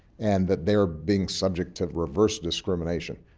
and that they are being subject to reverse discrimination.